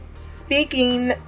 speaking